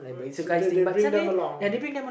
so they they bring them along